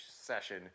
session